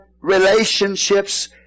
relationships